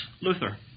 Luther